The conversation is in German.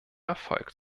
erfolg